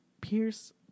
Pierce